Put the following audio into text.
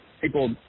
people